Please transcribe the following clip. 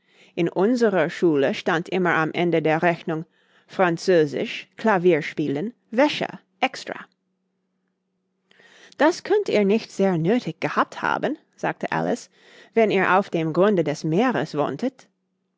in unserer schule stand immer am ende der rechnung französisch klavierspielen wäsche extra das könnt ihr nicht sehr nöthig gehabt haben sagte alice wenn ihr auf dem grunde des meeres wohntet